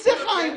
אז תצא, חיים.